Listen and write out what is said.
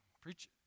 preach